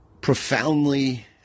profoundly